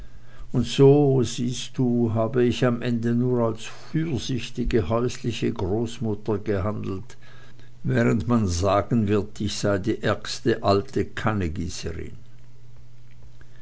und so siehst du habe ich am ende nur als fürsichtige häusliche großmutter gehandelt während man sagen wird ich sei die ärgste alte